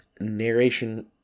narration